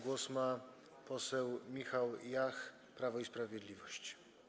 Głos ma poseł Michał Jach, Prawo i Sprawiedliwość.